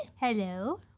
Hello